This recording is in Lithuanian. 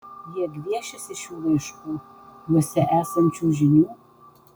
jie gviešiasi šių laiškų juose esančių žinių